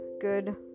good